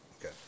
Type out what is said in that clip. Okay